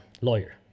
lawyer